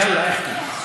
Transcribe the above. יאללה, דבר.